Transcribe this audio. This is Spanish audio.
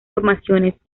formaciones